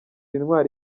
intwari